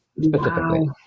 specifically